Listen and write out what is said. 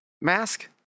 mask